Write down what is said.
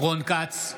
רון כץ,